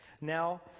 Now